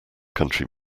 country